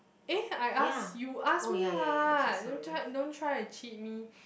eh I ask you ask me [what] don't try don't try to cheat me